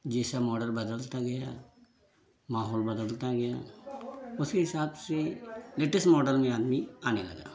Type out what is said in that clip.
जैसा मॉडल बदलता गया माहौल बदलता गया उसके हिसाब से लेटेस्ट मॉडल में आदमी आने लगा